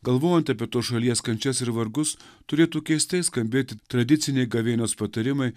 galvojant apie tos šalies kančias ir vargus turėtų keistai skambėti tradiciniai gavėnios patarimai